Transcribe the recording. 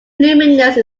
luminance